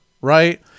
right